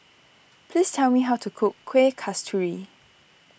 please tell me how to cook Kuih Kasturi